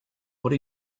what